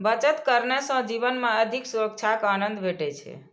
बचत करने सं जीवन मे अधिक सुरक्षाक आनंद भेटै छै